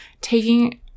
taking